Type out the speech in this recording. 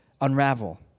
unravel